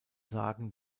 sagen